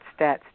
stats